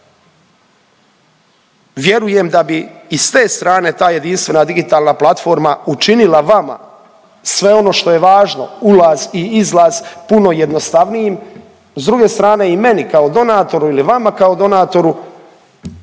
Vjerujem da bi i s te strane ta jedinstvena digitalna platforma učinila vama sve ono što je važno ulaz i izlaz puno jednostavnijim, s druge strane i meni kao donatoru ili vama kao donatoru